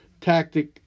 tactic